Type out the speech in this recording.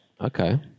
Okay